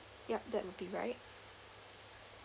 yup that would be right